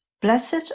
Blessed